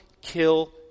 kill